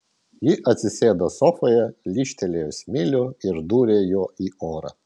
ji atsisėdo sofoje lyžtelėjo smilių ir dūrė juo į orą